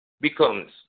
becomes